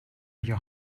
your